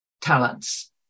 talents